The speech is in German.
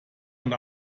und